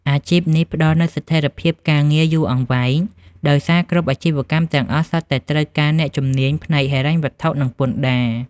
អាជីពនេះផ្តល់នូវស្ថិរភាពការងារយូរអង្វែង ដោយសារគ្រប់អាជីវកម្មទាំងអស់សុទ្ធតែត្រូវការអ្នកជំនាញផ្នែកហិរញ្ញវត្ថុ និងពន្ធដារ។